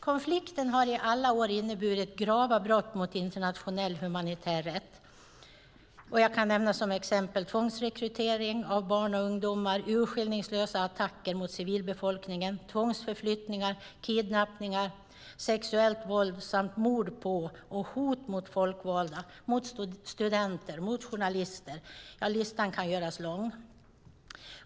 Konflikten har i alla år inneburit grava brott mot internationell humanitär rätt. Jag kan som exempel nämna tvångsrekrytering av barn och ungdomar, urskillningslösa attacker mot civilbefolkningen, tvångsförflyttningar, kidnappningar, sexuellt våld samt mord på och hot mot folkvalda, mot studenter, mot journalister - ja, listan kan göras lång.